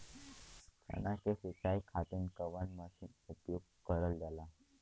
चना के सिंचाई खाती कवन मसीन उपयोग करल जाला?